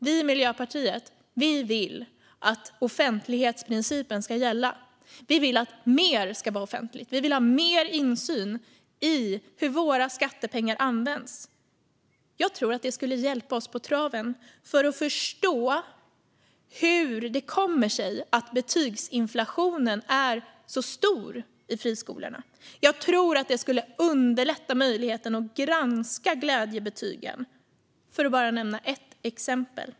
Vi i Miljöpartiet vill att offentlighetsprincipen ska gälla. Vi vill att mer ska vara offentligt. Vi vill ha mer insyn i hur våra skattepengar används. Jag tror att det skulle hjälpa oss på traven i att förstå hur det kommer sig att betygsinflationen är så stor i friskolorna. Jag tror att det skulle underlätta möjligheten att granska glädjebetygen, för att bara nämna ett exempel.